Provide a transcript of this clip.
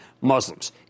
Muslims